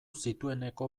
zitueneko